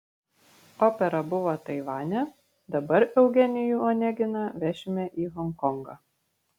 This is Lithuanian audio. opera buvo taivane dabar eugenijų oneginą vešime į honkongą